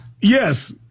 Yes